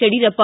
Yediyurappa